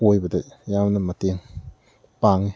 ꯑꯣꯏꯕꯗ ꯌꯥꯝꯅ ꯃꯇꯦꯡ ꯄꯥꯡꯏ